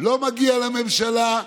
לא מגיע לממשלה,